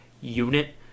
unit